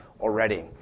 already